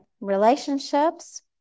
relationships